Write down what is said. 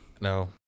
No